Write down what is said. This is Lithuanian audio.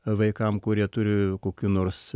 vaikam kurie turi kokių nors